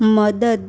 મદદ